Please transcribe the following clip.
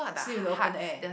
still with the open air